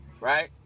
right